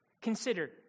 Consider